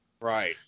Right